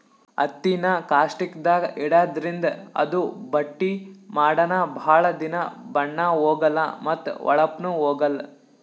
ಹತ್ತಿನಾ ಕಾಸ್ಟಿಕ್ದಾಗ್ ಇಡಾದ್ರಿಂದ ಅದು ಬಟ್ಟಿ ಮಾಡನ ಭಾಳ್ ದಿನಾ ಬಣ್ಣಾ ಹೋಗಲಾ ಮತ್ತ್ ಹೋಳಪ್ನು ಹೋಗಲ್